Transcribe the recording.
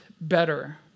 better